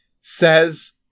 says